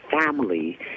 family